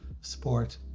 sport